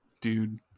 Dude